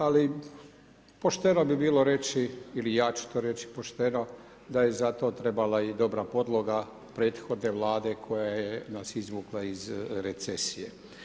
Ali, pošteno bi bilo reći ili ja ću to reći pošteno da je za to trebala i dobra podloga prethodne Vlade koja je nas izvukla iz recesije.